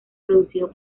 producido